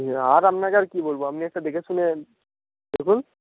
আর আপনাকে আর কী বলবো আপনি একটা দেখে শুনে দেখুন